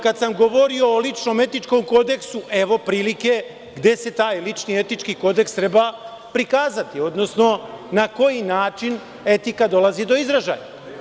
Kada sam govorio o ličnom etičkom kodeksu, evo prilike gde se taj lični etički kodeks treba prikazati, odnosno na koji način etika dolazi do izražaja.